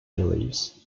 reliefs